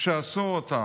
שעשו אותה,